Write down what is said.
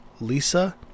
Lisa